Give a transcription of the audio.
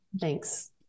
Thanks